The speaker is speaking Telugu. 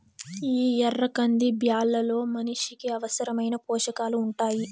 ఈ ఎర్ర కంది బ్యాళ్ళలో మనిషికి అవసరమైన పోషకాలు ఉంటాయి